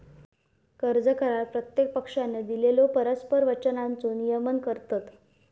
कर्ज करार प्रत्येक पक्षानं दिलेल्यो परस्पर वचनांचो नियमन करतत